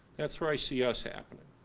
that's where i see us happening.